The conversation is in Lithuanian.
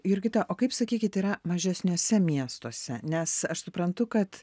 jurgita o kaip sakykit yra mažesniuose miestuose nes aš suprantu kad